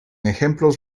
ejemplos